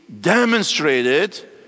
demonstrated